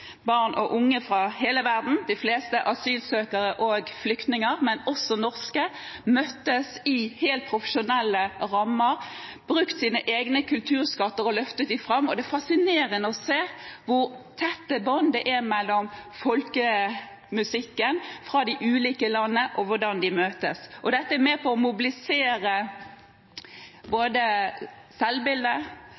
barn og unge fra hele verden – de fleste asylsøkere og flyktninger, men også norske – møttes i helt profesjonelle rammer, brukt sine egne kulturskatter og løftet dem fram. Det er fascinerende å se hvor tette bånd det er mellom folkemusikken fra de ulike landene, og hvordan de møtes. Dette er med på å mobilisere både